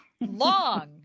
long